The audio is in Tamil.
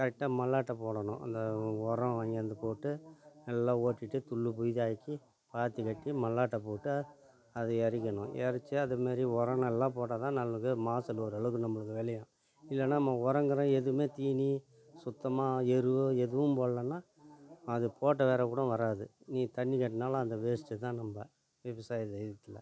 கரெக்டாக மல்லாட்டை போடணும் அந்த உரம் வாங்காந்து போட்டு நல்லா உடச்சிவுட்டு துல்லுபுய்தாக்கி பாத்தி கட்டி மல்லாட்டை போட்டு அதை எரிக்கணும் எரித்து அதேமாதிரி உரம் நல்லா போட்டால்தான் நமக்கு மாசல் ஒரளவுக்கு நம்மளுக்கு விளையும் இல்லைனா நம்ம உரம் கிரம் எதுவுமே தீனி சுத்தமாக எருவு எதுவும் போட்லைனா அதுப்போட்ட வேரம் கூட வராது நீ தண்ணி கட்டினாலும் அந்த வேஸ்ட்டு தான் நம்ம விவசாய தெய்வத்ல